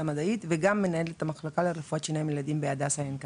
המדעית וגם מנהלת המחלקה לרפואת שיניים לילדים ב"הדסה עין כרם".